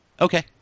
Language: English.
Okay